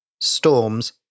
storms